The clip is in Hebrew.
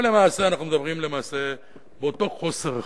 אבל למעשה, אנחנו מדברים באותו חוסר אחריות.